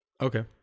Okay